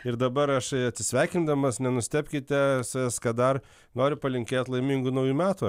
ir dabar aš atsisveikindamas nenustebkite kad dar noriu palinkėt laimingų naujų metų